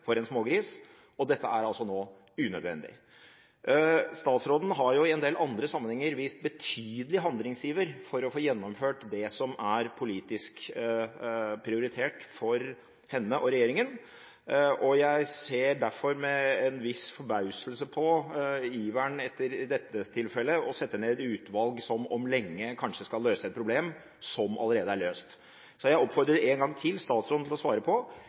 for en smågris. Og dette er altså nå unødvendig. Statsråden har i en del andre sammenhenger vist betydelig handlingsiver for å få gjennomført det som er politisk prioritert for henne og regjeringen. Jeg ser derfor med en viss forbauselse på iveren etter i dette tilfellet å sette ned et utvalg som om lenge kanskje skal løse et problem som allerede er løst. Så jeg oppfordrer statsråden en gang til om å svare på: